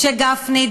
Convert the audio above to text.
משה גפני,